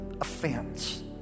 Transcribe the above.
Offense